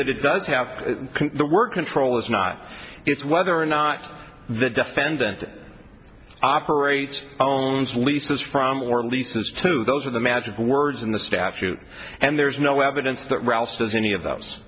that it does have the word control is not it's whether or not the defendant operates owns leases from war leases to those are the magic words in the statute and there's no evidence that ralph has any of those